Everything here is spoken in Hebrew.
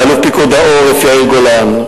לאלוף פיקוד העורף יאיר גולן,